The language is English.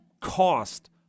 cost